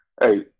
Hey